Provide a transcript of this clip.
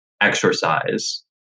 exercise